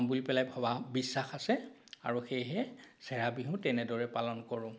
বুলি পেলাই ভবা বিশ্বাস আছে আৰু সেয়েহে চেৰাবিহু তেনেদৰে পালন কৰোঁ